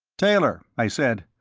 taylor, i said,